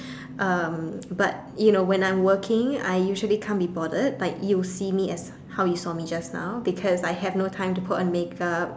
um but you know when I'm working I usually can't be bothered like you see me as how you saw me just now because I had no time to put on makeup